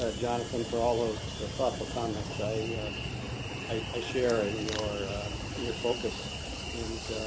ah johnathan, for all those so thoughtful comments. i i ah share in your your focus and